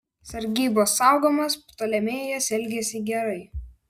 sargybos saugomas ptolemėjas elgėsi gerai